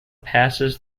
passes